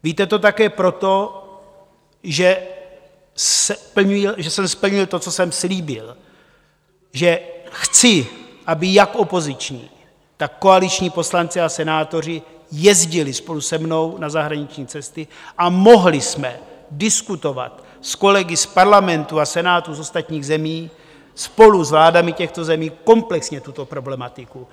Víte to také proto, že jsem splnil to, co jsem slíbil, že chci, aby jak opoziční, tak koaliční poslanci a senátoři jezdili spolu se mnou na zahraniční cesty a mohli jsme diskutovat s kolegy z parlamentů a senátů z ostatních zemí, spolu s vládami těchto zemí komplexně tuto problematiku.